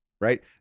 right